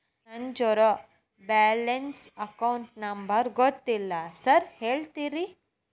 ನನ್ನ zero balance account number ಗೊತ್ತಿಲ್ಲ sir ಹೇಳ್ತೇರಿ?